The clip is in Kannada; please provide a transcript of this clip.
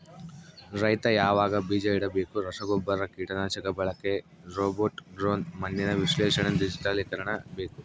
ರೈತ ಯಾವಾಗ ಬೀಜ ಇಡಬೇಕು ರಸಗುಬ್ಬರ ಕೀಟನಾಶಕ ಬಳಕೆ ರೋಬೋಟ್ ಡ್ರೋನ್ ಮಣ್ಣಿನ ವಿಶ್ಲೇಷಣೆ ಡಿಜಿಟಲೀಕರಣ ಬೇಕು